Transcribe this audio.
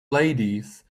ladies